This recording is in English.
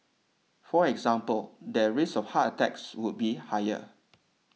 for example their risk of heart attacks would be higher